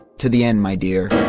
to the end, my dear.